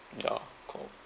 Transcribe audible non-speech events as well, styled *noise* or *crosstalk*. yeah *noise*